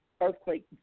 earthquake